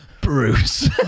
Bruce